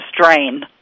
strain